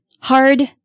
hard